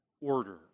order